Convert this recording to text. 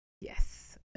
yes